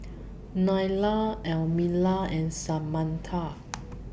Nylah Elmira and Samatha